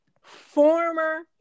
former